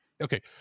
Okay